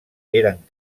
eren